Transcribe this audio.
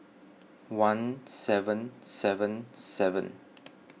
one seven seven seven